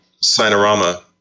Cinerama